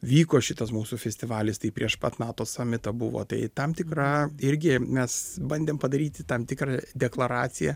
vyko šitas mūsų festivalis tai prieš pat nato samitą buvo tai tam tikra irgi mes bandėm padaryti tam tikrą deklaraciją